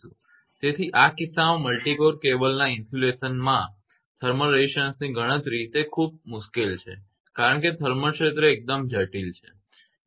તેથી આ કિસ્સામાં મલ્ટી કોર કેબલના ઇન્સ્યુલેશનના થર્મલ રેઝિસ્ટન્સની ગણતરી તે ખૂબ મુશ્કેલ છે કારણ કે થર્મલ ક્ષેત્ર એકદમ જટિલ છે બરાબર